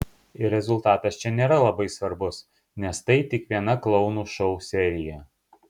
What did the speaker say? ir rezultatas čia nėra labai svarbus nes tai tik viena klounų šou serija